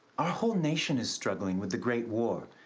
our whole nation is struggling with the great war.